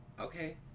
Okay